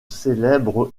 célèbre